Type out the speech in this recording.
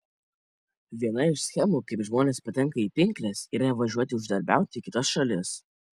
viena iš schemų kaip žmonės patenka į pinkles yra važiuoti uždarbiauti į kitas šalis